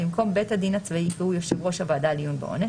במקום "בית הדין הצבאי" יקראו "יושב ראש הוועדה לעיון בעונש".